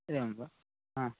एवं वा हा